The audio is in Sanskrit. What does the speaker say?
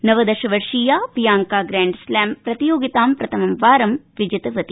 नवदश वर्षीया बियांका ग्रैंड स्लैम प्रतियोगितां प्रथमवार विजितवती